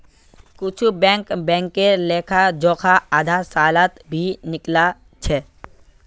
कुछु बैंक बैंकेर लेखा जोखा आधा सालत भी निकला छ